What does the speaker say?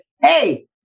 hey